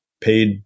paid